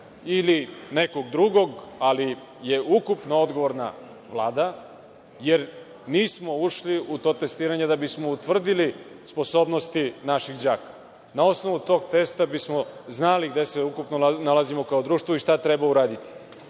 ili nekog drugog, ali je ukupno odgovorna Vlada jer nismo ušli u to testiranje da bismo utvrdili sposobnosti naših đaka. Na osnovu tog testa bismo znali gde se ukupno nalazimo kao društvo i šta treba uraditi. Imajući